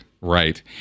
right